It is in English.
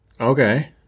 Okay